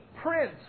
prince